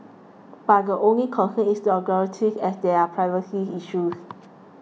but the only concern is the authorities as there are privacy issues